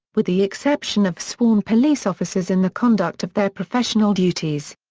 with the exception of sworn police officers in the conduct of their professional duties.